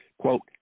quote